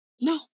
No